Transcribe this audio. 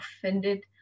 offended